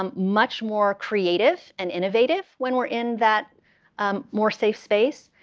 um much more creative and innovative when we're in that more safe space.